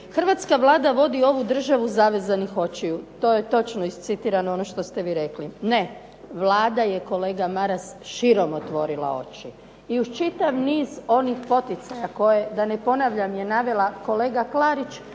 Hrvatska Vlada vodi ovu državu zavezanih očiju. To je točno iscitirano ono što ste vi rekli. Ne. Vlada je kolega Maras širom otvorila oči. I uz čitav niz onih poticaja da ne ponavljam koje je navela kolega Klarić